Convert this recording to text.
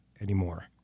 anymore